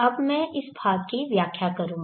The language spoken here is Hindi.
अब मैं इस भाग की व्याख्या करूँगा